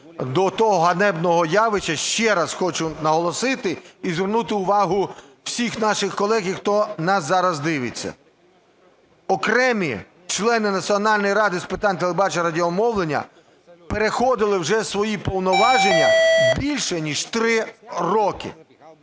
до того ганебного явища, ще раз хочу наголосити і звернути увагу всіх наших колег і хто нас зараз дивиться, окремі члени Національної ради з питань телебачення і радіомовлення переходили вже свої повноваження більше ніж 3 роки.